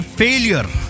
failure